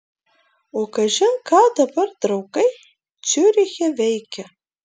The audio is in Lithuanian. o kažin ką dabar draugai ciuriche veikia